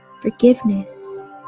forgiveness